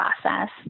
process